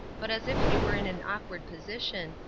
but as if he were in an awkward position,